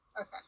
okay